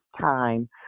time